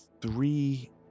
three